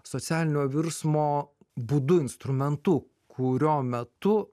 socialinio virsmo būdu instrumentu kurio metu